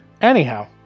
Anyhow